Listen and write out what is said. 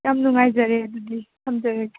ꯌꯥꯝ ꯅꯨꯡꯉꯥꯏꯖꯔꯦ ꯑꯗꯨꯗꯤ ꯊꯝꯖꯔꯒꯦ